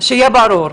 שיהיה ברור,